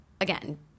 again